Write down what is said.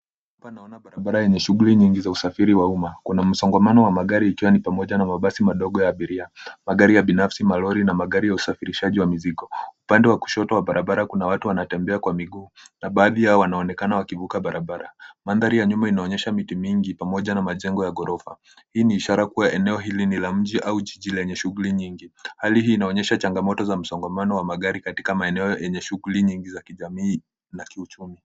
Hapa naona barabara yenye shughuli nyingi za usafiri wa umma. Kuna msongamano wa magari ikiwemo pamoja na mabasi madogo ya abiria, magari ya binafsi, malori na magari ya usafirishaji wa mizigo. Upande wa kushoto wa barabara kuna watu wanatembea kwa miguu na baadhi yao wanaonekana wakivuka barabara. Mandhari ya nyuma inaonyesha miti mingi pamoja na majengo ya ghorofa. Hii ni ishara kuwa eneo hili ni la mji au jiji lenye shughuli nyingi. Hali hii inaonyesha changamoto za msongamano wa magari katika maeneo yenye shughuli nyingi za kijamii na kiuchumi.